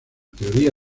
teoría